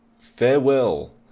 farewell